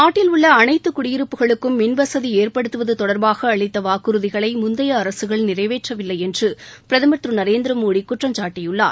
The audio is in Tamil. நாட்டில் உள்ள அனைத்து குடியிருப்புகளுக்கும் மின்வசதி ஏற்படுத்துவது தொடர்பாக அளித்த வாக்குறுதிகளை முந்தைய அரசுகள் நிறைவேற்றவில்லை என்று பிரதம் திரு நரேந்திரமோடி குற்றம் சாட்டியுள்ளார்